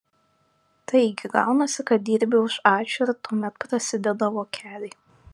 taigi gaunasi kad dirbi už ačiū ir tuomet prasideda vokeliai